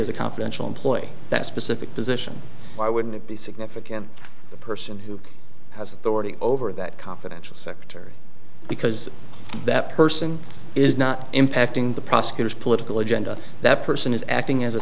a confidential employee that specific position why wouldn't it be significant the person who has authority over that confidential secretary because that person is not impacting the prosecutor's political agenda that person is acting as a